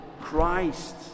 Christ